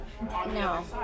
No